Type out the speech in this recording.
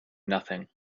nothing